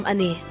Ani